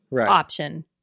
option